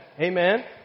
Amen